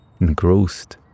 engrossed